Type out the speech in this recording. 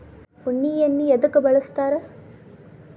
ಉಣ್ಣಿ ಎಣ್ಣಿ ಎದ್ಕ ಬಳಸ್ತಾರ್?